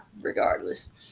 regardless